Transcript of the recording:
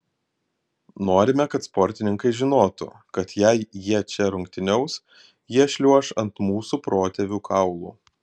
norime kad sportininkai žinotų kad jei jie čia rungtyniaus jie šliuoš ant mūsų protėvių kaulų